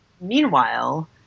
meanwhile